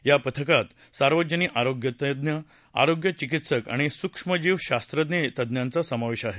या पथकात सार्वजनिक आरोग्य तज्ञ आरोग्यचिकित्सक आणि सूक्ष्मजीव शास्त्रज्ञ तज्ञांचा समावेश असेल